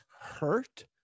hurt